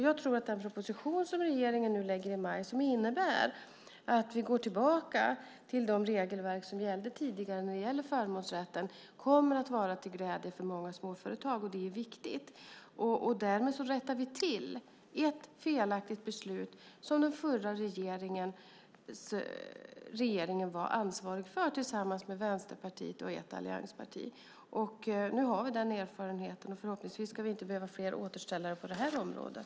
Jag tror att den proposition som regeringen nu lägger fram i maj, som innebär att vi går tillbaka till de regelverk som gällde tidigare när det gäller förmånsrätten, kommer att vara till glädje för många småföretag. Det är viktigt. Därmed rättar vi till ett felaktigt beslut som den förra regeringen var ansvarig för tillsammans med Vänsterpartiet och ett alliansparti. Nu har vi den erfarenheten. Förhoppningsvis ska vi inte behöva fler återställare på det här området.